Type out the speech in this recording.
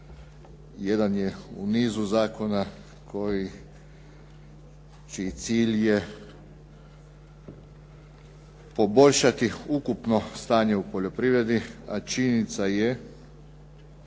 jedan je u nizu zakona čiji cilj je poboljšati ukupno stanje u poljoprivredi, a činjenica je